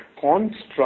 construct